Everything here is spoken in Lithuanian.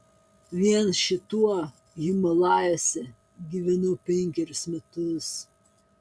vien šituo himalajuose gyvenau penkerius metus